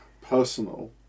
personal